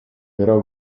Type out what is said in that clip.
però